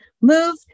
move